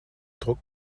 druck